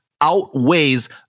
outweighs